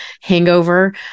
hangover